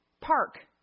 park